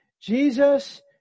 Jesus